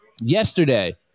yesterday